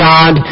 God